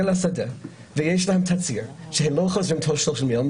לשדה ויש לו תצהיר שהוא לא חוזר תוך 30 ימים,